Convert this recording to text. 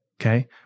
okay